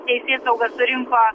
teisėsauga surinko